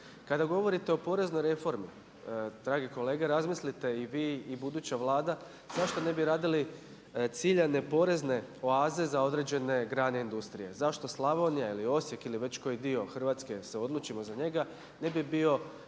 Kada govorite o poreznoj reformi dragi kolega razmislite i vi i buduća Vlada zašto ne bi radili ciljane porezne oaze za određene grane industrije. Zašto Slavonija ili Osijek ili već koji dio Hrvatske se odlučimo za njega ne bi bio